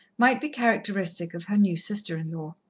might be characteristic of her new sister-in-law.